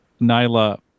Nyla